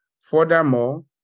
Furthermore